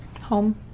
home